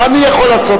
מה אני יכול לעשות,